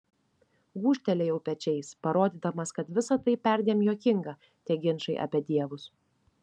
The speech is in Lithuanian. gūžtelėjau pečiais parodydamas kad visa tai perdėm juokinga tie ginčai apie dievus